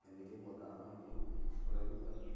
তেনেকৈ বজাৰ সমাৰ কৰি চলিব পাৰি